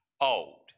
old